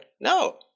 No